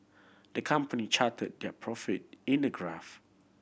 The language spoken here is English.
the company charted their profit in a graph